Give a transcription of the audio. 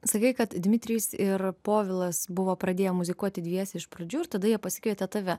sakei kad dmitrijus ir povilas buvo pradėję muzikuoti dviese iš pradžių ir tada jie pasikvietė tave